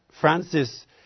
Francis